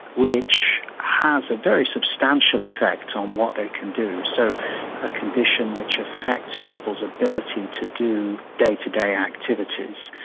which has a very substantial effect on what they can do. so a condition which affects people's ability to do day-to-day activities,